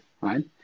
right